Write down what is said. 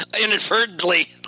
inadvertently